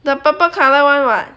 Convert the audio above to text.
the purple colour [one] [what]